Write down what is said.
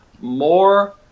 more